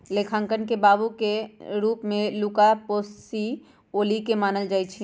लेखांकन के बाबू के रूप में लुका पैसिओली के मानल जाइ छइ